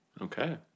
Okay